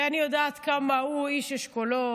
ואני יודעת כמה הוא איש אשכולות,